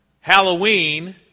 Halloween